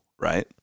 right